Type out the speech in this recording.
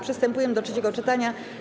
Przystępujemy do trzeciego czytania.